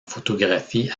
photographie